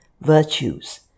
virtues